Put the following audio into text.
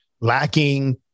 lacking